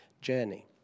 journey